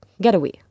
getaway